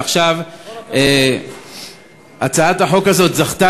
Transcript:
ועכשיו הצעת החוק הזאת זכתה